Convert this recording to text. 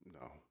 no